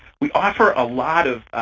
we offer a lot of